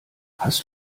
hast